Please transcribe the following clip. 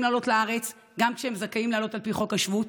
לעלות לארץ גם כשהם זכאים לעלות על פי חוק השבות,